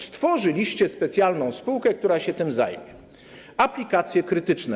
Stworzyliście specjalną spółkę, która się tym zajmie, spółkę Aplikacje Krytyczne.